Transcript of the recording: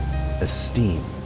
esteem